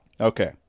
Okay